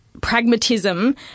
pragmatism